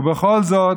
ובכל זאת